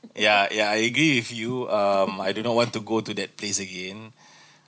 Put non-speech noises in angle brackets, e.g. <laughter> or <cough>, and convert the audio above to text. yeah yeah I agree with you um I do not want to go to that place again <breath>